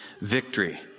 victory